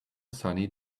sunny